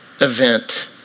event